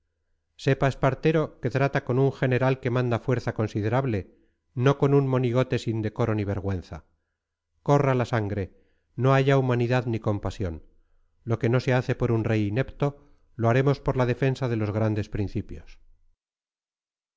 sepa espartero que trata con un general que manda fuerza considerable no con un monigote sin decoro ni vergüenza corra la sangre no haya humanidad ni compasión lo que no se hace por un rey inepto lo haremos por la defensa de los grandes principios